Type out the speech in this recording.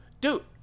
Dude